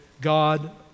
God